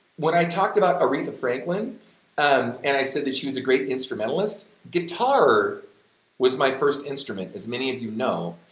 when i talked about aretha franklin um and i said that she was a great instrumentalist, guitar was my first instrument as many of you know,